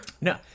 no